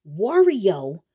Wario